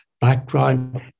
background